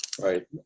Right